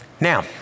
Now